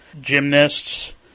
gymnasts